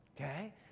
Okay